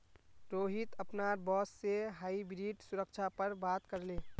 रोहित अपनार बॉस से हाइब्रिड सुरक्षा पर बात करले